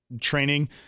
training